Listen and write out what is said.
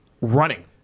running